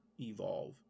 evolve